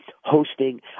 hosting